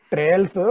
Trails